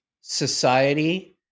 society